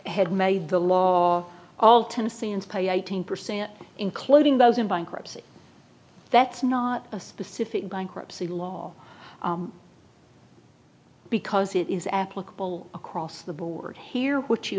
had made the law all tennesseans pay eighteen percent including those in bankruptcy that's not a specific bankruptcy law because it is applicable across the board here what you